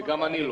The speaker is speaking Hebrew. וגם אני לא.